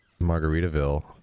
Margaritaville